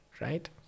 right